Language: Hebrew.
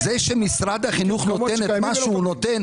זה שמשרד החינוך נותן את מה שהוא נותן,